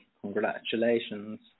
congratulations